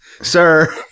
Sir